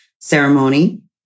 ceremony